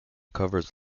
covers